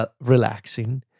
relaxing